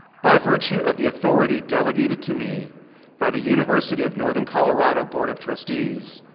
by virtue of the authority delegated to me by the university of northern colorado board of trustees,